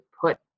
put